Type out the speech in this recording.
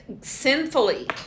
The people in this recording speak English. sinfully